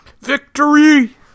Victory